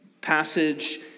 passage